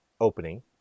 opening